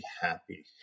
happy